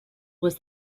was